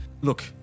Look